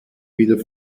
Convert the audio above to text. wieder